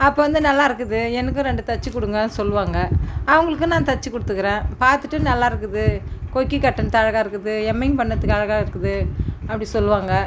அப்போ வந்து நல்லாயிருக்குது எனக்கும் ரெண்டு தைச்சுக் கொடுங்கனு சொல்வாங்க அவங்களுக்கும் நான் தைச்சி குடுத்துருக்குறேன் பார்த்துட்டு நல்லாயிருக்குது கொக்கி கட்டினது அழகாக இருக்குது எம்மிங் பண்ணத்துக்கு அழகாக இருக்குது அப்படி சொல்வாங்க